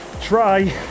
try